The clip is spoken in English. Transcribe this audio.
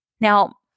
Now